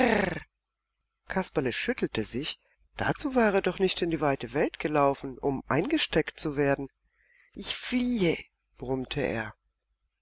kasperle schüttelte sich dazu war er doch nicht in die weite welt gelaufen um eingesteckt zu werden ich fliehe brummte er